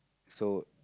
so